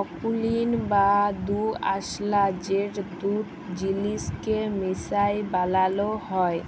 অকুলীন বা দুআঁশলা যেট দুট জিলিসকে মিশাই বালালো হ্যয়